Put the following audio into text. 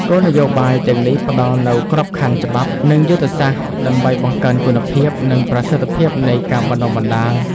គោលនយោបាយទាំងនេះផ្តល់នូវក្របខណ្ឌច្បាប់ និងយុទ្ធសាស្ត្រដើម្បីបង្កើនគុណភាព និងប្រសិទ្ធភាពនៃការបណ្តុះបណ្តាល។